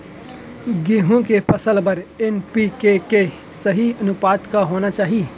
गेहूँ के फसल बर एन.पी.के के सही अनुपात का होना चाही?